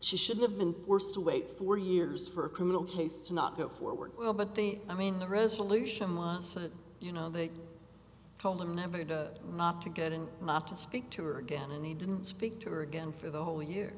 she should have been forced to wait four years for a criminal case to not go forward well but they i mean the resolution was you know they told him never to not to get in not to speak to her again and he didn't speak to her again for the whole year